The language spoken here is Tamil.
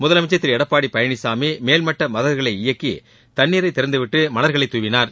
முதலமைச்சன் திரு எடப்பாடி பழனிசாமி மேல்மட்ட மதகுகளை இயக்கி தண்ணீரை திறந்து விட்டு மலாகளை துவினார்